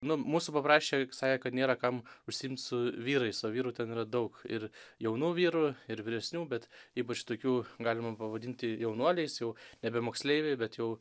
nu mūsų paprašė juk sakė kad nėra kam užsiimt su vyrais o vyrų ten yra daug ir jaunų vyrų ir vyresnių bet ypač tokių galima pavadinti jaunuoliais jau nebe moksleiviai bet jau